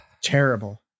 terrible